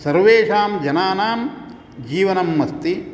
सर्वेषां जनानां जीवनम् अस्ति